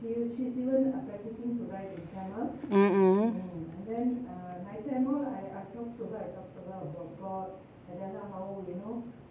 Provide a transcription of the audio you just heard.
mm mm